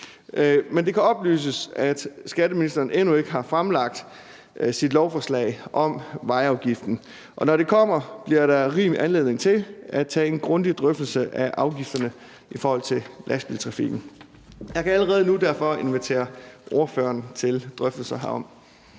Men det kan oplyses, at skatteministeren endnu ikke har fremlagt sit lovforslag om vejafgiften, og når det kommer, bliver der rig anledning til at tage en grundig drøftelse af afgifterne i forhold til lastbiltrafikken. Jeg kan derfor allerede nu invitere ordføreren til drøftelser herom.